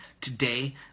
Today